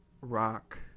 rock